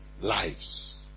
lives